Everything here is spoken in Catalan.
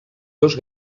dos